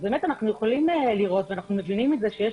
אנחנו יכולים לראות ואנחנו מבינים שיש